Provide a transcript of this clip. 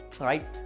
Right